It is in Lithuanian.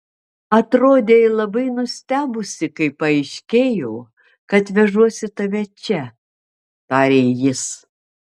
atrodei labai nustebusi kai paaiškėjo kad vežuosi tave čia tarė jis